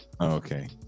Okay